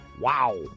Wow